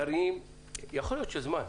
יכול להיות שצריך זמן,